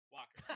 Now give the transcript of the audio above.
Walker